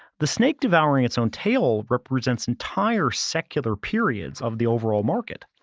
the snake devouring its own tail represents entire secular periods of the overall market.